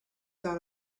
dot